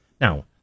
Now